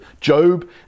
Job